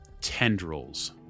tendrils